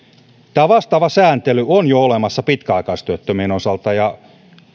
tämä vastaava sääntely on jo olemassa pitkäaikaistyöttömien osalta ja